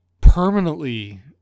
permanently